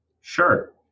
Sure